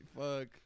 Fuck